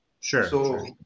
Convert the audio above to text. Sure